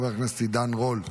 חבר הכנסת עידן רול,